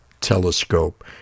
Telescope